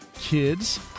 kids